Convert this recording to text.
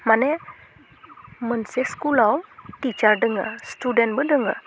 माने मोनसे स्कुलाव टिसार दोङो स्टुदेन्थबो दङ